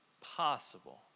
possible